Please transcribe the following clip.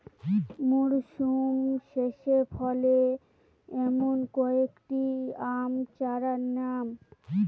মরশুম শেষে ফলে এমন কয়েক টি আম চারার নাম?